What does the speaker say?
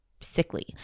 sickly